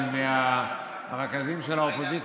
אז אני מבקש מהרכזים של האופוזיציה,